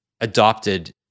adopted